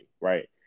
right